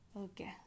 Okay